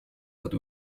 but